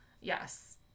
Yes